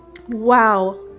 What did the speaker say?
Wow